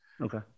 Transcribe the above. Okay